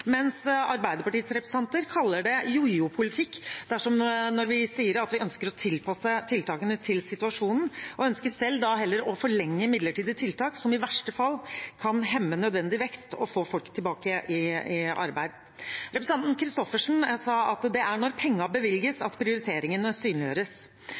mens Arbeiderpartiets representanter kaller det jojo-politikk når vi sier at vi ønsker å tilpasse tiltakene til situasjonen, og ønsker selv heller å forlenge midlertidige tiltak, som i verste fall kan hemme nødvendig vekst og å få folk tilbake i arbeid. Representanten Christoffersen sa at det er når pengene bevilges, at prioriteringene synliggjøres.